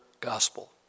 gospel